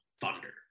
thunder